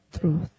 truth